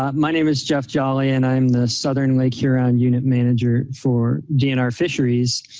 um my name is jeff jolley and i'm the southern lake huron unit manager for dnr fisheries.